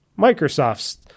Microsoft's